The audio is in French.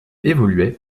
évoluait